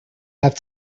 have